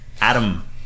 Adam